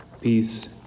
peace